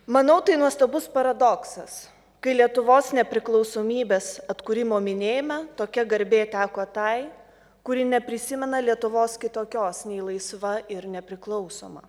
manau tai nuostabus paradoksas kai lietuvos nepriklausomybės atkūrimo minėjime tokia garbė teko tai kuri neprisimena lietuvos kitokios nei laisva ir nepriklausoma